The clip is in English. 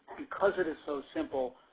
because it is so simple,